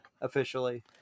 officially